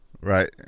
Right